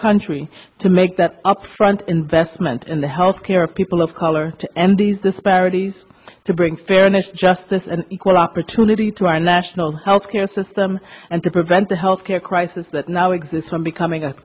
country to make that up front investment in the health care of people of color to end these disparities to bring fairness justice and equal opportunity to our national health care system and to prevent the healthcare crisis that now exists from becoming a